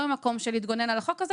לא ממקום של התגוננות נגד החוק הזה.